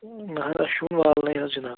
نَہ حظ اَسہِ چھُ وٕنہِ والنَے حظ جِناب